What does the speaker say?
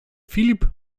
filip